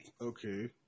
Okay